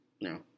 No